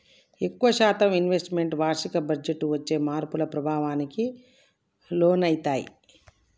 ఎక్కువ శాతం investments వార్షిక బడ్జెట్టు వచ్చే మార్పుల ప్రభావానికి లోనయితయ్యి